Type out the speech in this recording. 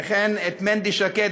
וכן את מנדי שקד,